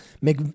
make